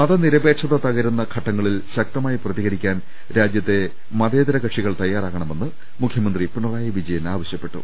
മതനിരപേക്ഷത തകരുന്ന ഘട്ടങ്ങളിൽ ശക്തമായി പ്രതികരിക്കാൻ രാജ്യത്തെ മതേതര കക്ഷികൾ തയ്യാറാകണമെന്ന് മുഖ്യമന്ത്രി പിണ റായി വിജയൻ ആവശ്യപ്പെട്ടു